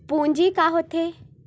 पूंजी का होथे?